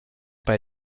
bei